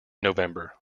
november